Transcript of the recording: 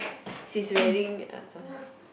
she's wearing uh